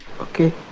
okay